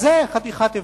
זה חתיכת הבדל.